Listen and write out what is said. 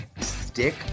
stick